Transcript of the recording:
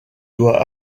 doit